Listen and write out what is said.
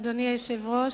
אדוני היושב-ראש,